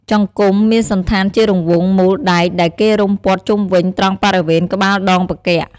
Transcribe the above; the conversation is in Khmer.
ចង្គំ មានសណ្ឋានជារង្វង់មូលដែកដែលគេរុំព័ទ្ធជុំវិញត្រង់បរិវេណក្បាលដងផ្គាក់។